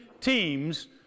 teams